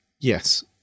yes